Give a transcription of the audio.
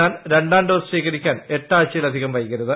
എന്നാൽ ് രണ്ടാം ഡോസ് സ്വീകരിക്കാൻ എട്ടാഴ്ചയിലധികം വൈകരുത്